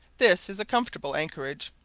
this is a comfortable anchorage.